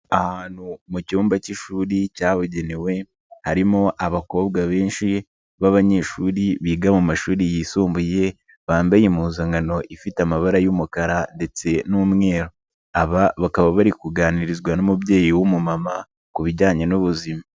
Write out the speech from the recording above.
Ahantu mu cyumba k'ishuri cyabugenewe harimo abakobwa benshi b'abanyeshuri biga mu mashuri yisumbuye bambaye impuzankano ifite amabara y'umukara ndetse n'umweru, aba bakaba bari kuganirizwa n'umubyeyi w'umumama ku bijyanye n'ubuzima.